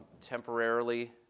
temporarily